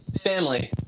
family